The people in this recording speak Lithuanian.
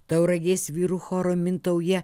tauragės vyrų choro mintauja